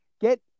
Get –